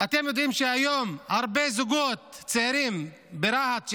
אתם יודעים שהיום הרבה זוגות צעירים ברהט,